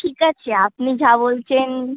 ঠিক আছে আপনি যা বলছেন